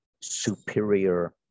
superior